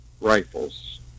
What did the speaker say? rifles